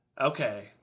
Okay